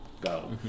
go